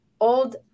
old